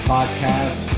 Podcast